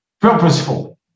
purposeful